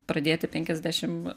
pradėti penkiasdešim